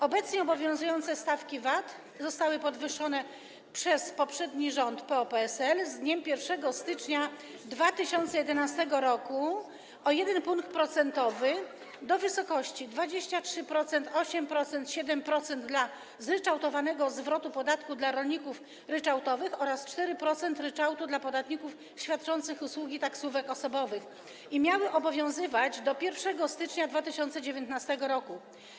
Obecnie obowiązujące stawki VAT zostały podwyższone przez poprzedni rząd PO-PSL z dniem 1 stycznia 2011 r. o 1 punkt procentowy do wysokości 23%, 8% i 7% w przypadku zryczałtowanego zwrotu podatku dla rolników ryczałtowych oraz 4% ryczałtu dla podatników świadczących usługi taksówek osobowych i miały obowiązywać do 1 stycznia 2019 r.